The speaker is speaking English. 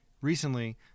Recently